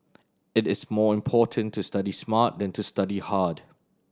it is more important to study smart than to study hard